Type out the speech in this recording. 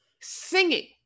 singing